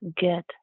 get